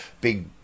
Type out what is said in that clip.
big